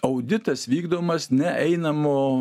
auditas vykdomas ne einamo